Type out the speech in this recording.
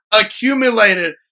accumulated